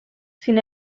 sin